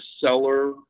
seller